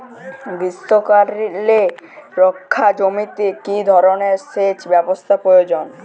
গ্রীষ্মকালে রুখা জমিতে কি ধরনের সেচ ব্যবস্থা প্রয়োজন?